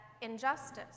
injustice